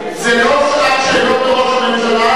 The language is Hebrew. זה לא שעת שאלות לראש הממשלה.